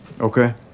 Okay